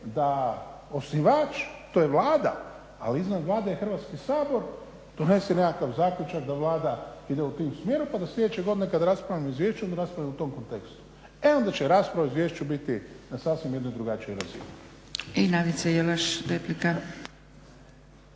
da osnivač to je Vlada, ali iznad Vlade je Hrvatski sabor donese nekakav zaključak da Vlada ide u tom smjeru, pa da sljedeće godine kada raspravljamo o izvješću, onda raspravljamo u tom kontekstu. E onda će rasprava o izvješću biti na sasvim jednoj drugačijoj razini. **Zgrebec, Dragica